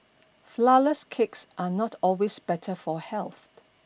flourless cakes are not always better for health